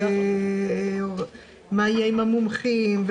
מה יהיה עם המומחים,